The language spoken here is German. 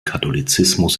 katholizismus